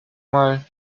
mal